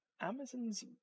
Amazon's